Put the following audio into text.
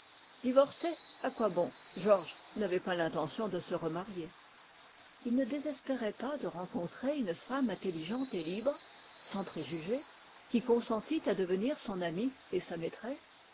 à quoi bon georges n'avait pas l'intention de se remarier il ne désespérait pas de rencontrer une femme intelligente et libre sans préjugés qui consentît à devenir son amie et sa maîtresse